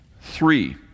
Three